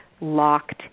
locked